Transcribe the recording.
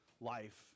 life